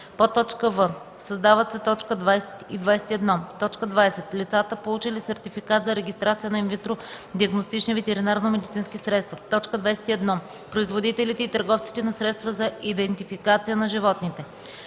от тях;” в) създават се т. 20 и 21: „20. лицата, получили сертификат за регистрация на инвитро диагностични ветеринарномедицински средства; 21. производителите и търговците на средства за идентификация на животните.”